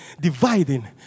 dividing